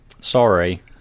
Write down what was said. sorry